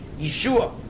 Yeshua